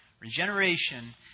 Regeneration